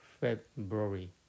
February